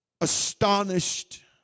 Astonished